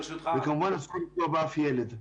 וכמובן אסור לפגוע באף ילד.